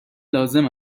لازم